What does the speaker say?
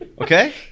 okay